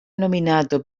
nominato